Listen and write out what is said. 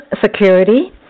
Security